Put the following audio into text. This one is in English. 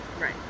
right